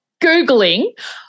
googling